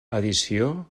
edició